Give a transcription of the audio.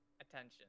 attention